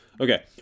Okay